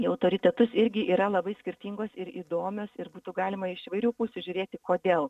į autoritetus irgi yra labai skirtingos ir įdomios ir būtų galima iš įvairių pusių žiūrėti kodėl